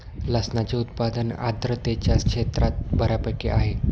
लसणाचे उत्पादन आर्द्रतेच्या क्षेत्रात बऱ्यापैकी आहे